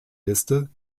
liste